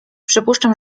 przypuszczam